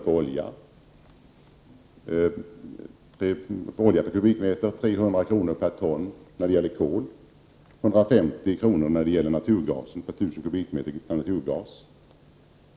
per kubikmeter olja, 300 kr. per ton kol och 150 kr. per 1 000 kubikmeter naturgas.